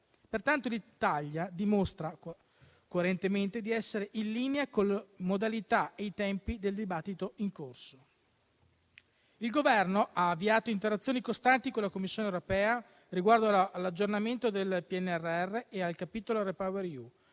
pertanto dimostra coerentemente di essere in linea con le modalità e i tempi del dibattito in corso. Il Governo ha avviato interazioni costanti con la Commissione europea riguardo all'aggiornamento del PNRR e al capitolo REPowerEU.